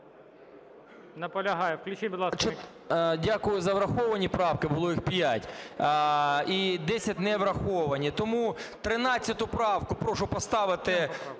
Дякую за враховані правки, було їх 5. І 10 – невраховані, тому 13-ту правку прошу поставити